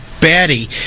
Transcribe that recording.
batty